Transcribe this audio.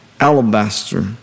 alabaster